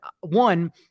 one